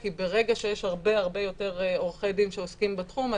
כי ברגע שיש הרבה יותר עורכי דין שעוסקים בתחום,